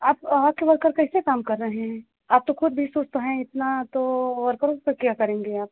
आप आपके वर्कर कैसे काम कर रहे हैं आप तो खुद भी सुस्त हैं इतना तो वर्कर का क्या करेंगी आप